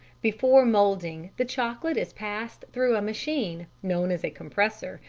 before moulding, the chocolate is passed through a machine, known as a compressor,